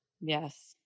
Yes